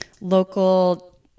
local